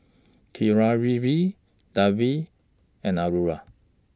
Keeravani Devi and Aruna